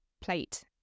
plate